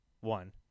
One